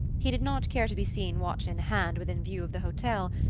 he did not care to be seen watch in hand within view of the hotel,